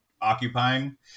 occupying